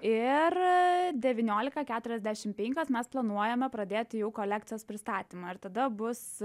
ir devyniolika keturiasdešim penkios mes planuojame pradėti jau kolekcijos pristatymą ir tada bus